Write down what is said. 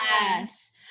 Yes